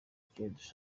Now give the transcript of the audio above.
kindi